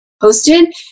posted